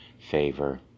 favor